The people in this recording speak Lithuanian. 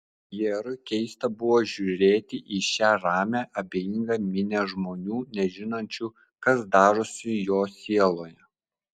pjerui keista buvo žiūrėti į šią ramią abejingą minią žmonių nežinančių kas darosi jo sieloje